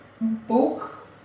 book